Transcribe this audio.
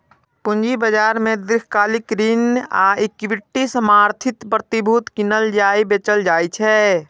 पूंजी बाजार मे दीर्घकालिक ऋण आ इक्विटी समर्थित प्रतिभूति कीनल आ बेचल जाइ छै